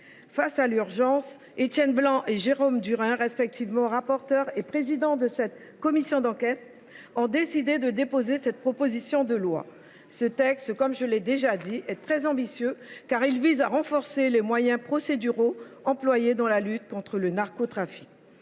Face à l’urgence, Étienne Blanc et Jérôme Durain, respectivement rapporteur et président de cette commission d’enquête, ont décidé de déposer cette proposition de loi. Ce texte, j’y insiste, est très ambitieux, en ce qu’il vise à renforcer les moyens procéduraux dans la lutte contre le narcotrafic.